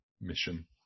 mission